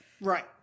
Right